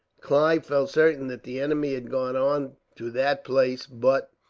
clive felt certain that the enemy had gone on to that place but,